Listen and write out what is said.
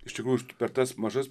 iš tikrųjų per tas mažas